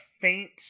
faint